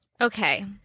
Okay